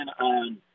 on